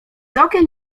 okien